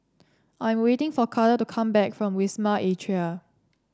I'm waiting for Carter to come back from Wisma Atria